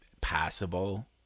passable